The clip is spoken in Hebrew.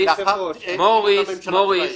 מוריס,